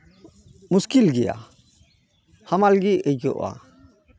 ᱢᱩᱥᱠᱤᱞ ᱜᱮᱭᱟ ᱦᱟᱢᱟᱞ ᱜᱮ ᱟᱹᱭᱠᱟᱹᱣᱚᱜᱼᱟ